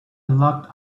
locked